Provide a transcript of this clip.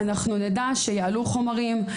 אנחנו נדע שיעלו חומרים,